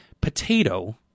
potato